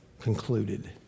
concluded